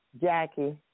Jackie